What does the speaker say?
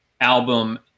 album